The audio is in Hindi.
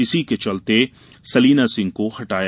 इसी के चलते सलीना सिंह को हटाया